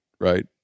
right